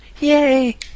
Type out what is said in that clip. Yay